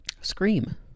Scream